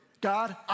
God